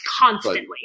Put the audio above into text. Constantly